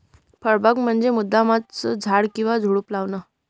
फळबाग म्हंजी मुद्दामचं झाडे किंवा झुडुप लावाना